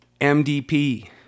MDP